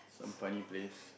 some funny place